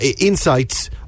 Insights